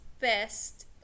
best